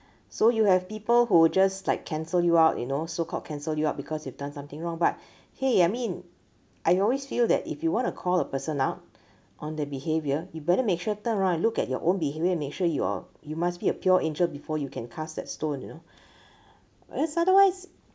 so you have people who just like cancel you out you know so called cancel you out because you've done something wrong but !hey! I mean I always feel that if you want to call a person out on their behaviour you better make sure turn around and look at your own behaviour and make sure your you must be a pure angel before you can cast that stone you know whereas otherwise